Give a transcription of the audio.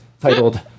titled